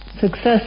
success